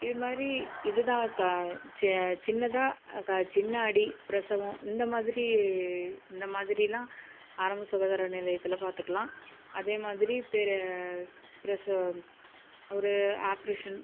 இது மாதிரி இதுதான் க சி சின்னதாக க சின்ன அடி பிரசவம் இந்த மாதிரி இந்த மாதிரிலாம் ஆரம்ப சுகாதார நிலையத்தில் பார்த்துக்கலாம் அதே மாதிரி பிர பிரசவ ஒரு ஆப்ரேஷன்